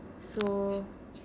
so